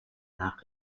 nach